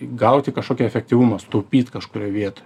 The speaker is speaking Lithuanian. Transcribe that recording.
gauti kažkokį efektyvumą sutaupyt kažkurioj vietoj